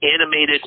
animated